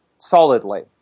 solidly